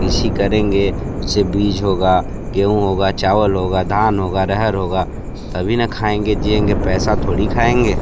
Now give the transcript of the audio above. कृषि करेंगे उससे बीज होगा गेहूँ होगा चावल होगा धान होगा अरहर होगा तभी ना खाएंगे जिएंगे पैसा थोड़ी खाएंगे